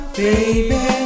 baby